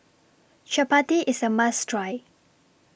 Chapati IS A must Try